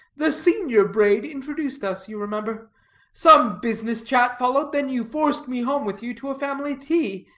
the senior brade introduced us, you remember some business-chat followed, then you forced me home with you to a family tea,